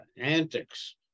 antics